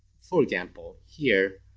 for example here,